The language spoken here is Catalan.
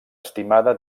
estimada